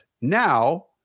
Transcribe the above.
now